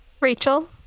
Rachel